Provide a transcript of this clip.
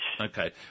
Okay